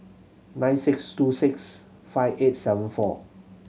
nine six two six five eight seven four